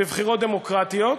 בבחירות דמוקרטיות,